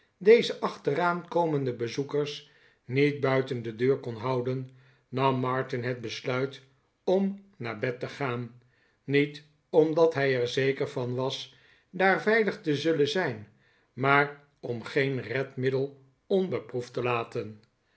deze achteraan komende bezoekers niet buiten de deur kon houden nam martin het besluit om naar bed te gaan niet omdat hij er zeker van was daar veilig te zullen zijn maar om geen redmiddel onbeproefd te laten